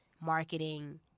marketing